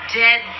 dead